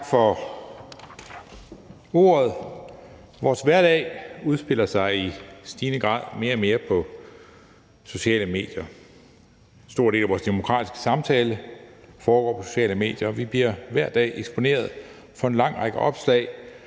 for ordet. Vores hverdag udspiller sig i stigende grad og mere og mere på sociale medier. En stor del af vores demokratiske samtale foregår på sociale medier, og vi bliver hver dag eksponeret for en lang række opslag,